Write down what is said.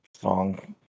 song